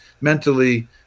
mentally –